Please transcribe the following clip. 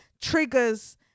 triggers